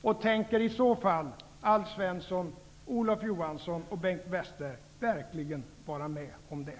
Och tänker i så fall Alf Svensson, Olof Johansson och Bengt Westerberg verkligen vara med om det?